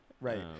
right